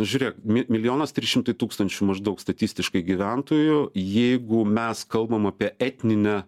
žiūrėk mi milijonas trys šimtai tūkstančių maždaug statistiškai gyventojų jeigu mes kalbam apie etninę